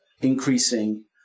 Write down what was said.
increasing